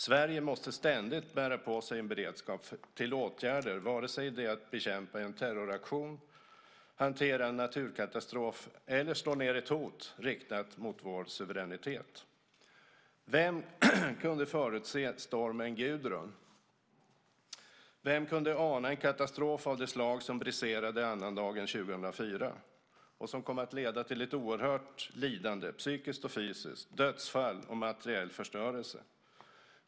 Sverige måste ständigt bära på en beredskap för åtgärder vare sig det gäller att bekämpa en terroraktion, hantera en naturkatastrof eller slå ned ett hot riktat mot vår suveränitet. Vem kunde förutse stormen Gudrun? Vem kunde ana en katastrof av det slag som briserade annandagen 2004 och som kom att leda till ett oerhört lidande, psykiskt och fysiskt, dödsfall och materiell förstörelse?